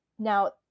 Now